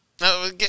No